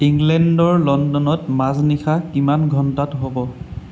ইংলেণ্ডৰ লণ্ডনত মাজনিশা কিমান ঘণ্টাত হ'ব